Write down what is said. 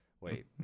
wait